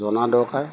জনা দৰকাৰ